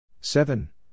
Seven